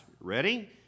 ready